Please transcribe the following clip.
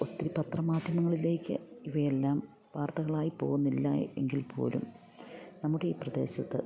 ഒത്തിരി പത്രമാധ്യമങ്ങളിലേക്ക് ഇവയെല്ലാം വാർത്തകളായി പോവുന്നില്ല എങ്കിൽപോലും നമ്മുടെ ഈ പ്രദേശത്ത്